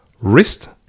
wrist